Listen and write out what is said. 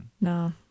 No